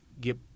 get